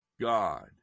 God